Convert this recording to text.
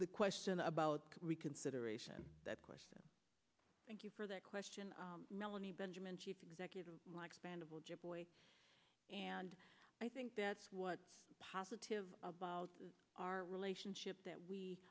the question about reconsideration that question thank you for that question melanie benjamin chief executive like spendable and i think that's what positive about our relationship that we